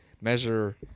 measure